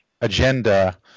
agenda